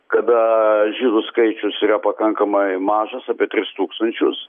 kada žydų skaičius yra pakankamai mažas apie tris tūkstančius